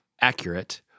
accurate